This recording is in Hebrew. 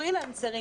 הפרילנסרים,